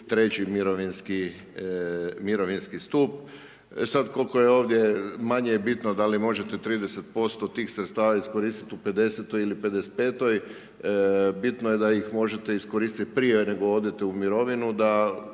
treći mirovinski stup. Sad koliko je ovdje, manje je bitno da li možete 30% tih sredstava iskoristiti u 50-oj ili 55-toj, bitno je da ih možete iskoristiti prije nego odete u mirovinu da